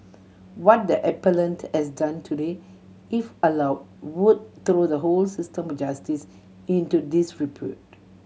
what the appellant has done today if allow would throw the whole system justice into disrepute